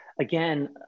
again